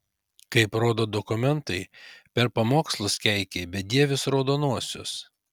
kaip rodo dokumentai per pamokslus keikei bedievius raudonuosius